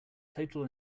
total